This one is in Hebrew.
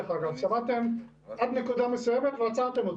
שמעתם עד נקודה מסוימת ועצרתם אותי.